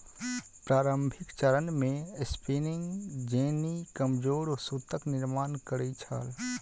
प्रारंभिक चरण मे स्पिनिंग जेनी कमजोर सूतक निर्माण करै छल